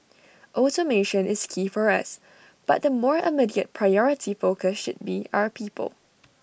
automation is key for us but the more immediate priority focus should be our people